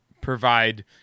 provide